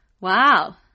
wow